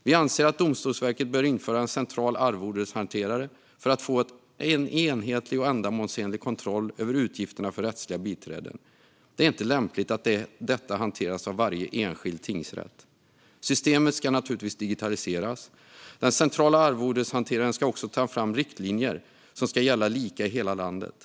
Vi anser att Domstolsverket bör införa en central arvodeshanterare för att få en enhetlig och ändamålsenlig kontroll över utgifterna för rättsliga biträden. Det är inte lämpligt att detta hanteras av varje enskild tingsrätt. Systemet ska naturligtvis digitaliseras. Den centrala arvodeshanteraren ska också ta fram riktlinjer som ska gälla lika i hela landet.